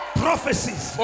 prophecies